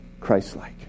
Christ-like